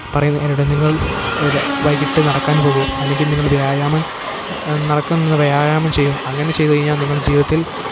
പറയുന്നവരുടെ നിങ്ങൾ ഒരു വൈകീട്ട് നടക്കാൻ പോകൂ അല്ലെങ്കിൽ നിങ്ങൾ വ്യായാമം നടക്കുന്നത് വ്യായാമം ചെയ്യുമോ അങ്ങനെ ചെയ്തു കഴിഞ്ഞാൽ നിങ്ങൾ ജീവിതത്തിൽ